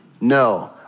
No